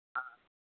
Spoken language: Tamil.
ஆ